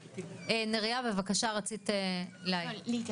נריה, בבקשה, רצית להעיר.